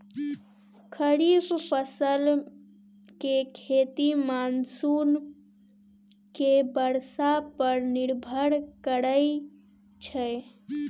खरीफ फसल के खेती मानसून के बरसा पर निर्भर करइ छइ